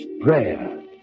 prayer